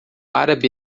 árabe